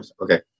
Okay